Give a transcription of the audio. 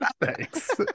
Thanks